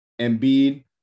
Embiid